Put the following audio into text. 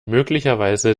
möglicherweise